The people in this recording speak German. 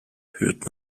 hört